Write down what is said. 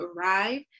arrive